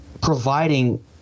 Providing